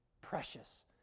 precious